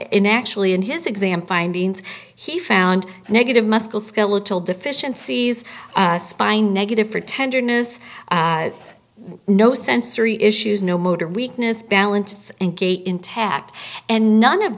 in actually in his exam findings he found negative muscular skeletal deficiencies spine negative for tenderness no sensory issues no motor weakness balance and gait intact and none of